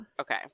okay